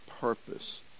purpose